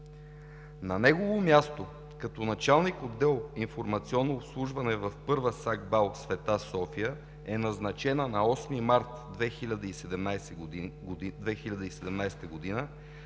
На негово място като началник-отдел „Информационно обслужване“ в Първа САГБАЛ „Света София“ е назначена на 8 март 2017 г.